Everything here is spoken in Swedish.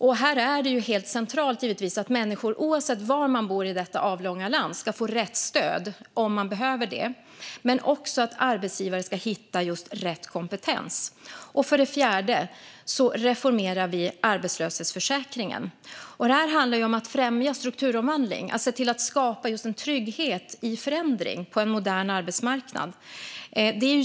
Det är givetvis helt centralt att människor oavsett var de bor i vårt avlånga land får rätt stöd om de behöver stöd. Det handlar också om att arbetsgivare ska hitta rätt kompetens. För det fjärde reformerar vi arbetslöshetsförsäkringen. Det handlar om att främja strukturomvandling och se till att skapa en trygghet i förändring på en modern arbetsmarknad.